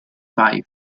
five